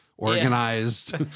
organized